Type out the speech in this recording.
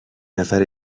نفر